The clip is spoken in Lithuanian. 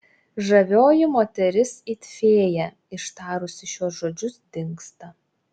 žavioji moteris it fėja ištarusi šiuos žodžius dingsta